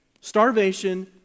starvation